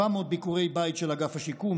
700 ביקורי בית של אגף השיקום,